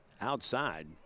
outside